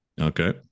Okay